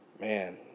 man